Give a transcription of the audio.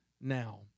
now